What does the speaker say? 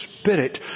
Spirit